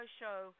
show